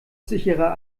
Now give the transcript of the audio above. sicherer